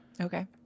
Okay